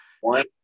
one